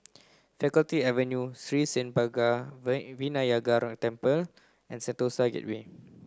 Faculty Avenue Sri Senpaga Vinayagar Temple and Sentosa Gateway